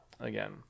Again